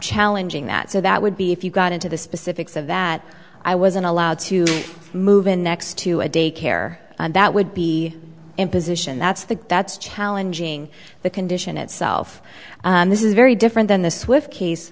challenging that so that would be if you got into the specifics of that i wasn't allowed to move in next to a daycare that would be in position that's the that's challenging the condition itself this is very different than the swi